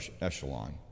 echelon